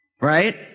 right